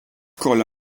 kolla